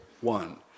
one